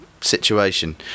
situation